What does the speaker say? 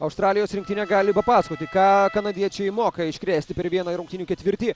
australijos rinktinė gali papasakoti ką kanadiečiai moka iškrėsti per vieną rungtynių ketvirtį